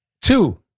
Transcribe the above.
Two